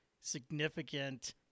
significant